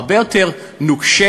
הרבה יותר נוקשה,